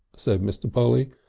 said mr. polly.